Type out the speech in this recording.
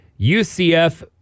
UCF